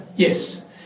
Yes